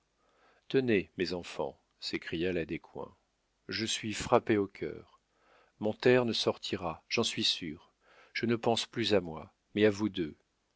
tenez mes enfants s'écria la descoings je suis frappée au cœur mon terne sortira j'en suis sûre je ne pense plus à moi mais à vous deux